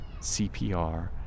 cpr